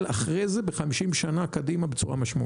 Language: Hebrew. אחרי זה ב-50 שנה קדימה בצורה משמעותית.